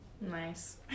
Nice